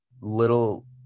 little